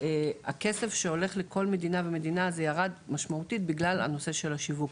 הכסף שהולך לכל מדינה ומדינה ירד משמעותית בגלל הנושא של השיווק.